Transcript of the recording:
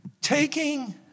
Taking